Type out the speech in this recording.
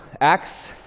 Acts